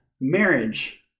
marriage